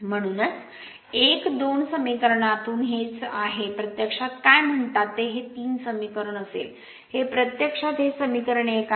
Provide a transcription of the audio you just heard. म्हणूनच १ २ समीकरणातून हेच आहे प्रत्यक्षात काय म्हणतात ते हे 3 समीकरण असेल हे प्रत्यक्षात हे समीकरण १ आहे